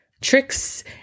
tricks